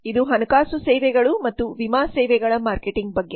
ಇದು ಹಣಕಾಸು ಸೇವೆಗಳು ಮತ್ತು ವಿಮಾ ಸೇವೆಗಳ ಮಾರ್ಕೆಟಿಂಗ್ ಬಗ್ಗೆ